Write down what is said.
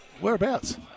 Whereabouts